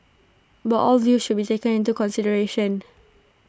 but all views should be taken into consideration